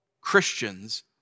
Christians